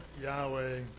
Yahweh